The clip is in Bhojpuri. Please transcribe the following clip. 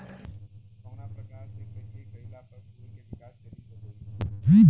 कवना प्रकार से खेती कइला पर फूल के विकास तेजी से होयी?